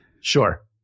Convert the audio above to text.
Sure